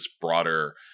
broader